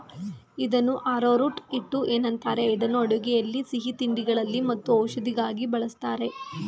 ಇದನ್ನು ಆರೋರೂಟ್ ಹಿಟ್ಟು ಏನಂತಾರೆ ಇದನ್ನು ಅಡುಗೆಯಲ್ಲಿ ಸಿಹಿತಿಂಡಿಗಳಲ್ಲಿ ಮತ್ತು ಔಷಧಿಗಾಗಿ ಬಳ್ಸತ್ತರೆ